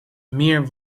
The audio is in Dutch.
meer